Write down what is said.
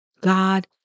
God